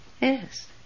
Yes